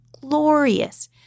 glorious